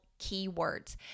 keywords